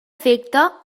efecte